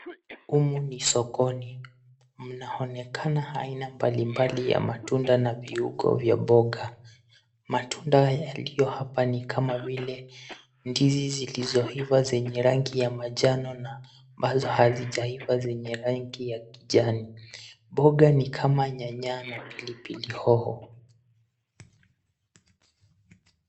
humu ni sokono mnaoneka aina mbali mbali ya matunda na viuongo vya mboga. Matunda yaliyo hapa ni kama vile ndizi zilizoiva zenye rangi ya manjano na ambazo hazijaiva zenye rangi ya kijani, mboga ni kama nyanya na pilipili hoho.